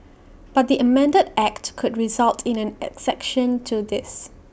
but the amended act could result in an exception to this